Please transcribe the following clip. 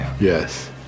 Yes